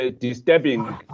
disturbing